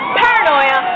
paranoia